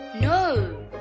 No